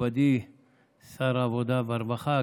מכובדי שר העבודה והרווחה,